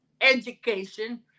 education